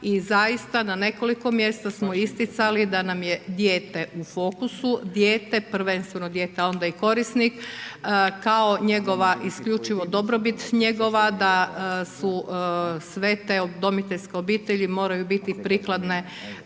i zaista na nekoliko mjesta smo isticali da nam je dijete u fokusu, dijete prvenstveno dijete, a onda i korisnik kao njegova isključivo dobrobit njegova da su sve te udomiteljske obitelji moraju biti prikladne